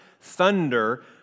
thunder